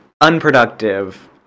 unproductive